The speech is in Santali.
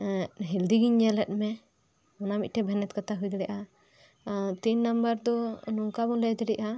ᱦᱮᱞᱫᱤ ᱜᱮᱧ ᱧᱮᱞᱮᱫ ᱢᱮ ᱚᱱᱟ ᱢᱤᱫ ᱴᱮᱡ ᱵᱷᱮᱱᱮᱫ ᱠᱟᱛᱷᱟ ᱦᱩᱭ ᱫᱟᱲᱮᱭᱟᱜᱼᱟ ᱛᱤᱱ ᱱᱟᱢᱵᱟᱨ ᱫᱚ ᱱᱚᱝᱠᱟ ᱵᱚ ᱞᱟᱹᱭ ᱫᱟᱲᱮᱜᱼᱟ